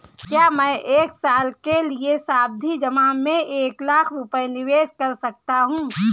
क्या मैं एक साल के लिए सावधि जमा में एक लाख रुपये निवेश कर सकता हूँ?